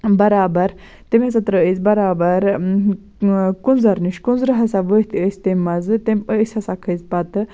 برابر تٔمۍ ہَسا ترٛٲوۍ أسۍ برابر کُنزَر نِش کُنزرٕ ہَسا ؤتھۍ أسۍ تٔمۍ منٛزٕ تٔمۍ أسۍ ہَسا کھٔتۍ پَتہٕ